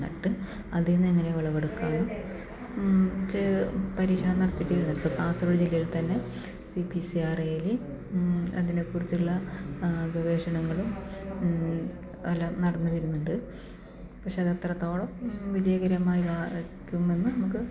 നട്ട് അതിൽ നിന്ന് എങ്ങനെയാണ് വിളവെടുക്കുകയെന്ന് പരീക്ഷണം നടത്തിയിട്ട് ഇവിടെ നിന്ന് ഇപ്പം കാസർഗോഡ് ജില്ലയിൽ തന്നെ സി പി സി ആർ എയില് അതിനെക്കുറിച്ചുള്ള ഗവേഷണങ്ങളും എല്ലാം നടന്ന് വരുന്നുണ്ട് പക്ഷെ അത് അത്രത്തോളം വിജയകരമായി ആ എത്തുമെന്ന് നമുക്ക്